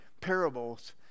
parables